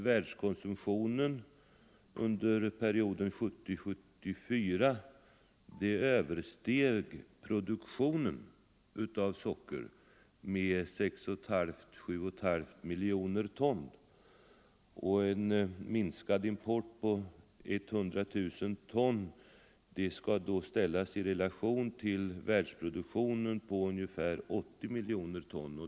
Världskonsumtionen under perioden 1970-1974 översteg ju produktionen av socker med 6,5-7,5 miljoner ton, och en minskad import på 100 000 ton skall alltså ställas i relation till världsproduktionen på ungefär 80 miljoner ton.